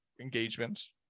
engagements